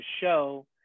show